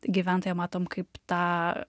gyventoją matom kaip tą